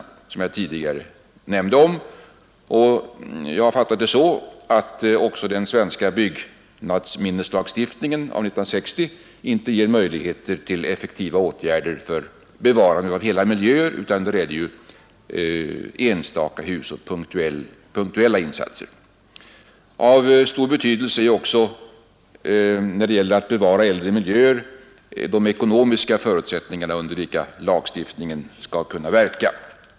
Jag har fattat det så att inte heller den svenska byggnadsminneslagstiftningen av 1960 ger möjlighet till effektiva åtgärder för bevarande av hela miljöer utan gäller enstaka hus och punktuella insatser. Av stor betydelse när det gäller att bevara äldre miljöer är också de ekonomiska förutsättningar under vilka lagstiftningen kan verka.